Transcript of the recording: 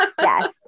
Yes